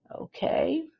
Okay